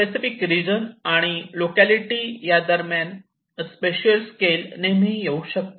specific region आणि locality यादरम्यान spatial scale नेहमी येऊ शकतात